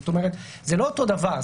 זאת אומרת זה לא אותו דבר,